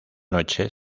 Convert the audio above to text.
noche